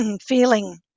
feeling